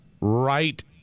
right